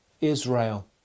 Israel